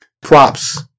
Props